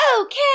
Okay